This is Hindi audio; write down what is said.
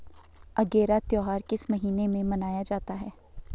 अगेरा त्योहार किस महीने में मनाया जाता है?